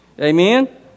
Amen